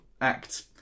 act